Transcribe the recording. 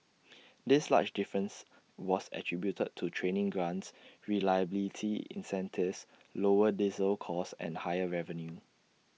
this large difference was attributed to training grants reliability incentives lower diesel costs and higher revenue